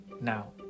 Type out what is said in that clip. Now